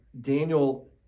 Daniel